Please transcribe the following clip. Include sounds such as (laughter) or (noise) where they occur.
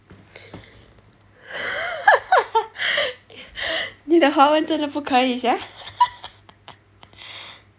(laughs) 你的华文真的不可以 sia (laughs)